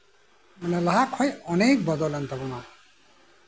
ᱞᱟᱦᱟ ᱠᱷᱚᱡ ᱚᱱᱮᱠ ᱵᱚᱫᱚᱞ ᱮᱱ ᱛᱟᱵᱳᱱᱟ